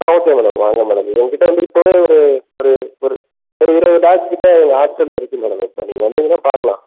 ஆ okay madam வாங்க madam எங்கிட்ட வந்து இப்போவே ஒரு ஒரு ஒரு ஒரு இருபது டாக்ஸ் கிட்டே எங்கள் ஹாஸ்டலில் இருக்குது மேடம் நீங்கள் வந்தீங்கன்னா பார்க்கலாம்